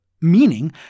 meaning